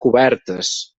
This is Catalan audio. cobertes